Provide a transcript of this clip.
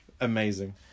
amazing